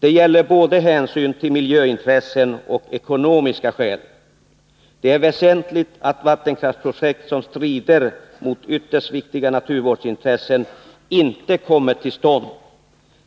Det gäller både hänsyn till miljöintressen och ekonomiska skäl. Det är väsentligt att vattenkraftsprojekt som strider mot ytterst viktiga naturvårdsintressen inte kommer till stånd.